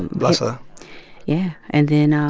bless her yeah. and then,